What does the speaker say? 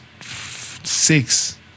six